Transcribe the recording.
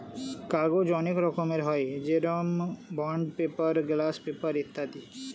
কাগজ অনেক রকমের হয়, যেরকম বন্ড পেপার, গ্লাস পেপার ইত্যাদি